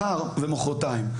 מחר ומוחרתיים.